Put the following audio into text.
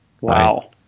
wow